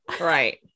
Right